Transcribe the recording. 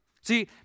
See